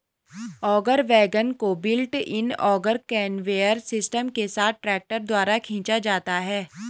auger wagon को built in auger conveyor system के साथ ट्रैक्टर द्वारा खींचा जाता है